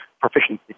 proficiency